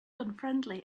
unfriendly